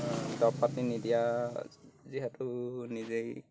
দৰৱ পাতি নিদিয়া যিহেতু নিজেই